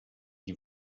die